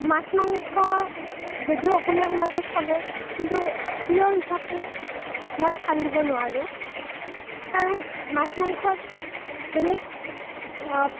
মাছ মাংস যদিও অসমীয়া সমাজত চলে কিন্তু প্ৰিয় হিচাপে মই স্থান দিব নোৱাৰোঁ কাৰণ মাছ মাংসত বেলেগ